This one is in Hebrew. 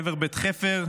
לעבר בית חפר,